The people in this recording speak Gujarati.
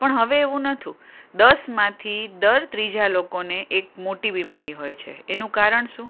પણ હવે એવું નથી દસમાંથી દર ત્રીજા લોકોને એક મોટી બીમારી હોય છે એનું કારણ શું